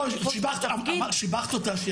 לא, שיבחת אותה.